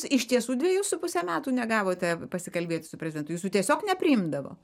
iš tiesų dviejų su puse metų negavote pasikalbėt su prezidentu jūsų tiesiog nepriimdavo